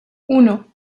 uno